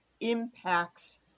impacts